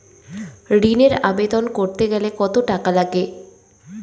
ঋণের আবেদন করতে গেলে কত টাকা লাগে?